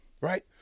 right